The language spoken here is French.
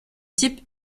type